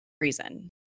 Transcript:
reason